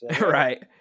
Right